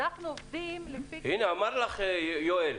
אמר לך יואל.